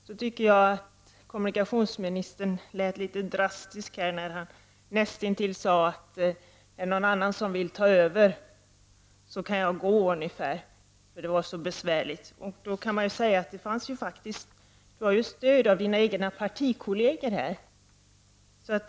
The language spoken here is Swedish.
Jag tyckte att kommunikationsministern var litet drastisk när han näst intill sade att om det är någon annan som vill ta över ansvaret kan han gå, eftersom allt är så besvärligt. Men kommunikationsministern har ju stöd av sina egna partikolleger i detta avseende.